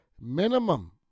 Minimum